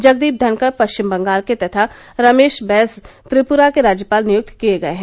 जगदीप धनकड़ पश्चिम बंगाल के तथा रमेश बैस त्रिपुरा के राज्यपाल नियुक्त किए गए हैं